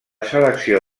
selecció